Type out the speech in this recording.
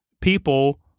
people